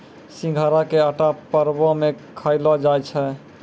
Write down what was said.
सिघाड़ा के आटा परवो मे खयलो जाय छै